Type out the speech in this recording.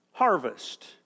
harvest